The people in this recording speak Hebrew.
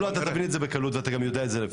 אתה תבין את זה בקלות ואתה גם יודע את זה.